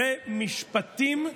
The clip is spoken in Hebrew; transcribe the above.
אלה משפטים שלמים,